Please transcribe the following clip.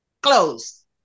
close